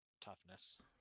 toughness